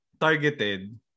targeted